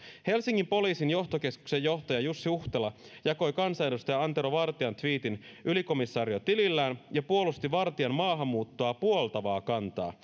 helsingin poliisin johtokeskuksen johtaja jussi huhtela jakoi kansanedustaja antero vartian tviitin ylikomisario tilillään ja puolusti vartian maahanmuuttoa puoltavaa kantaa